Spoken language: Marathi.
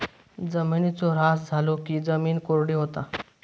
जिमिनीचो ऱ्हास झालो की जिमीन कोरडी होता